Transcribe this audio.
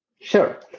Sure